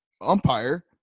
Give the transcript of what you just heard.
umpire